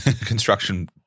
construction